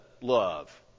love